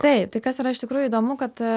taip tai kas yra iš tikrųjų įdomu kad